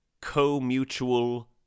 co-mutual